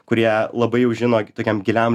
kurie labai jau žino tokiam giliam